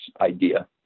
idea